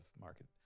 market